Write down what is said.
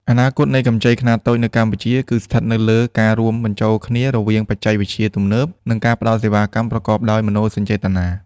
អនាគតនៃកម្ចីខ្នាតតូចនៅកម្ពុជា គឺស្ថិតនៅលើការរួមបញ្ចូលគ្នារវាងបច្ចេកវិទ្យាទំនើប និងការផ្ដល់សេវាកម្មប្រកបដោយមនោសញ្ចេតនា។